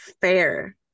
Fair